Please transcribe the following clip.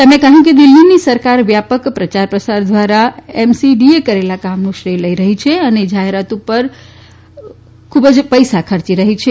તેમણે કહ્યું કે દિલ્હીની સરકાર વ્યાપક પ્રચાર પ્રસાર ધ્વારા એમસીડીએ કરેલા કામનું શ્રેય લઇ રહી છે અને જાહેરાત ઉપર ખુબ જ પૈસા ખર્ચી રહી છે